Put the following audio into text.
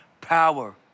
power